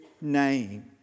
name